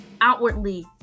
outwardly